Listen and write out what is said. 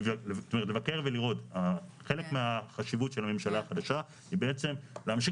חלק מהחשיבות של הממשלה החדשה היא בעצם להמשיך